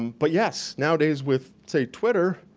but yes, nowadays with say twitter,